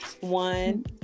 One